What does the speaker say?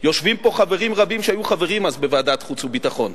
יושבים פה חברים רבים שהיו חברים אז בוועדת חוץ וביטחון.